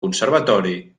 conservatori